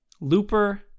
Looper